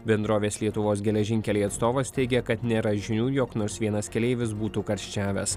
bendrovės lietuvos geležinkeliai atstovas teigė kad nėra žinių jog nors vienas keleivis būtų karščiavęs